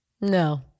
No